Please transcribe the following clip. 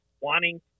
wanting